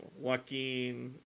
Joaquin